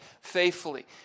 faithfully